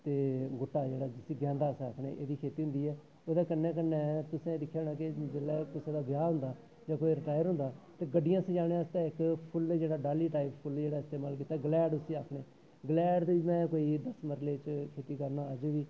ते गुट्टा जेह्ड़ा जिसी गैंदा अस आखने होन्ने एह्दी खेती होंदी ऐ एह्दे कन्नै कन्नै तुसें दिक्खेआ होना कि जैल्लै कुसा दा ब्याह होंदा जां कोई रटैर होंदा ते गड्डियां सजाने आस्तै इक फुल्ल जेह्ड़ा डाल्ली टाइप फुल्ल जेह्ड़ा इस्तेमाल कीता ग्लैड़ उसी आखने आं ग्लैड दी में कोई दस्स मरले च खेती करनां अज्ज बी